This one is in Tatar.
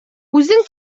үзең